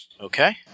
Okay